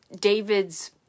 David's